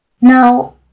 Now